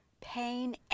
pain